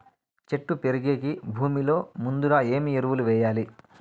చెట్టు పెరిగేకి భూమిలో ముందుగా ఏమి ఎరువులు వేయాలి?